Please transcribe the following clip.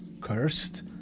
cursed